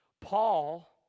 Paul